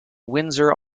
windsor